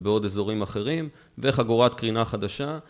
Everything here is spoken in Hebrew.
בעוד אזורים אחרים וחגורת קרינה חדשה